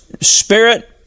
Spirit